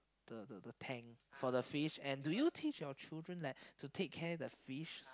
the the the tank for the first do you teach your children to take care of the fish